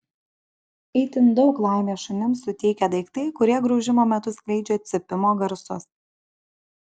itin daug laimės šunims suteikia daiktai kurie graužimo metu skleidžia cypimo garsus